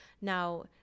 now